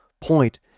point